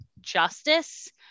justice